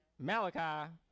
Malachi